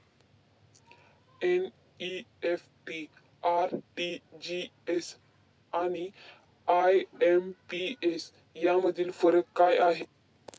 NEFT, RTGS आणि IMPS यामधील फरक काय आहे?